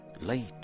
late